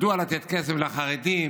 מדוע לתת כסף לחרדים?